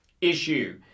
issue